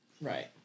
Right